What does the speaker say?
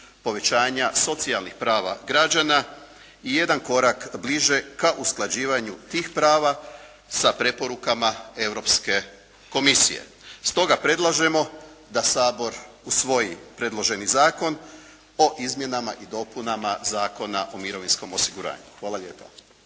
povećanja socijalnih prava građana i jedan korak bliže ka usklađivanju tih prava sa preporukama Europske komisije. Stoga predlažemo da Sabor usvoji predloženi zakon o Izmjenama i dopunama Zakona o mirovinskom osiguranju. **Antunović,